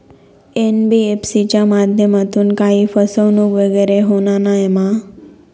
NBFC च्या माध्यमातून काही फसवणूक वगैरे होना नाय मा?